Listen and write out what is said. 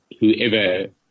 whoever